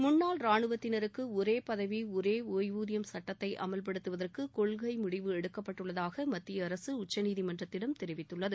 முன்னாள் ரானுவத்தினருக்கு ஒரே பதவி ஒரே ஒய்வூதியம் சட்டத்தை அமவ்படுத்துவதற்கு கொள்கை முடிவு எடுக்கப்பட்டுள்ளதாக மத்தியஅரசு உச்சநீதிமன்றத்திடம் தெரிவித்துள்ளது